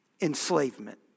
Enslavement